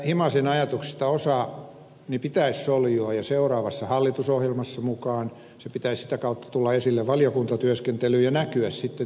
himasen ajatuksista osan pitäisi soljua jo seuraavassa hallitusohjelmassa mukaan sen pitäisi sitä kautta tulla esille valiokuntatyöskentelyyn ja näkyä sitten toimenpidekertomuksessa aikanaan